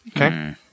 Okay